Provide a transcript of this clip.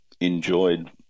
enjoyed